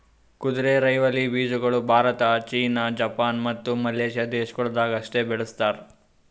ಕುದುರೆರೈವಲಿ ಬೀಜಗೊಳ್ Bharat, China, Japan, ಮತ್ತ ಮಲೇಷ್ಯಾ ದೇಶಗೊಳ್ದಾಗ್ ಅಷ್ಟೆ ಬೆಳಸ್ತಾರ್